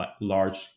large